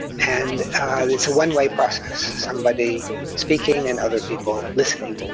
and it's a one-way process somebody speaking and other people listening,